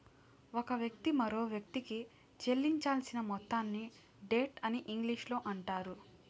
ఒక వ్యక్తి మరొకవ్యక్తికి చెల్లించాల్సిన మొత్తాన్ని డెట్ అని ఇంగ్లీషులో అంటారు